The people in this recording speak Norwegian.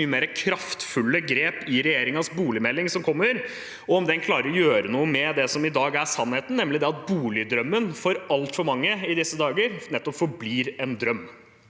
mye mer kraftfulle grep i regjeringens boligmelding, som kommer, og om den klarer å gjøre noe med det som i dag er sannheten, nemlig at boligdrømmen for altfor mange i disse dager forblir nettopp en drøm.